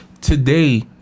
today